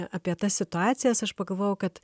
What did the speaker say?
apie tas situacijas aš pagalvojau kad